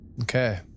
Okay